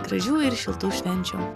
gražių ir šiltų švenčių